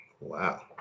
wow